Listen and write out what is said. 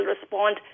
respond